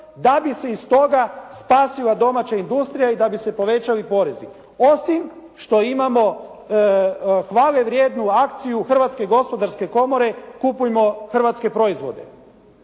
da bi se iz toga spasila domaća industrija i da bi se povećali porezi. Osim što imamo hvale vrijednu akciju Hrvatske gospodarske komore kupujmo hrvatske proizvode.